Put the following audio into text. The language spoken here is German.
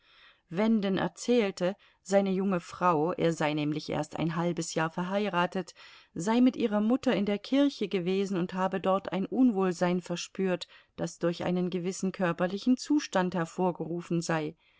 wenden erzählte seine junge frau er sei nämlich erst ein halbes jahr verheiratet sei mit ihrer mutter in der kirche gewesen und habe dort ein unwohlsein verspürt das durch einen gewissen körperlichen zustand hervorgerufen sei